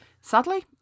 Sadly